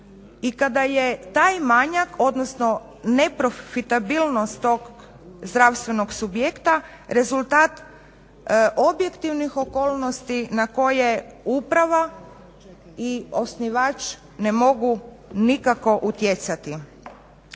i kada je taj manjak odnosno neprofitabilnost tog zdravstvenog subjekta rezultat objektivnih okolnosti na koje uprava i osnivač ne mogu nikako utjecati.